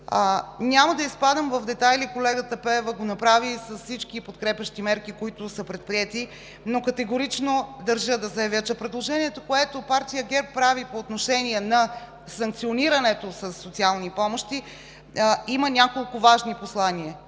Няма да изпадам в детайли, колегата Пеева го направи с всички подкрепящи мерки, които са предприети, но категорично държа да заявя, че предложението, което партия ГЕРБ прави по отношение на санкционирането със социални помощи, има няколко важни послания.